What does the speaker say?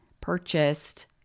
purchased